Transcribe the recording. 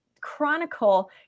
chronicle